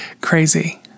Crazy